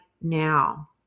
now